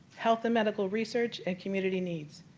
health and medical research and community needs.